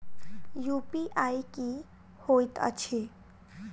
UPI की होइत अछि